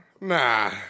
nah